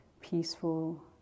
peaceful